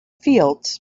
fields